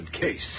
case